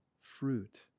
fruit